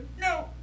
No